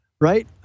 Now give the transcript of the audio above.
right